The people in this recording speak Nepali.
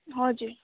हजुर